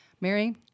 Mary